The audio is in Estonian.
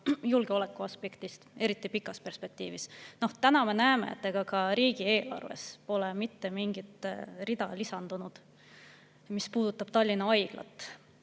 julgeoleku aspektist, eriti pikas perspektiivis. Täna me näeme, et ka riigieelarvesse pole mitte mingit rida lisandunud, mis puudutab Tallinna Haiglat.